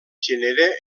genera